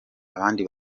abandi